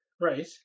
right